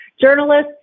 journalists